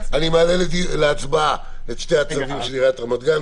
אני מעלה להצבעה את שני הצווים של עיריית רמת גן.